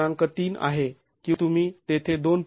३ आहे की तुम्ही तेथे २